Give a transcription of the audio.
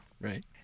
Right